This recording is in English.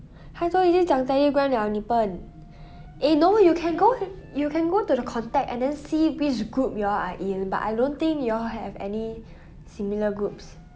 他都已经讲 telegram 了你笨 eh no you can go you can go to the contact and then see which group you all are in but I don't think you all have any similar groups